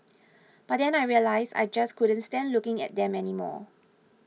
but then I realised I just couldn't stand looking at them anymore